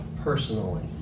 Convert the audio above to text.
personally